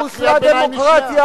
וכך חוסלה דמוקרטיה,